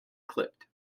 clipped